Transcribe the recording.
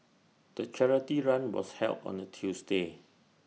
the charity run was held on A Tuesday